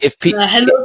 Hello